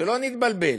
שלא נתבלבל.